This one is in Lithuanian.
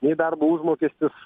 nei darbo užmokestis